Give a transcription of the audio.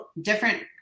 different